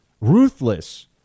ruthless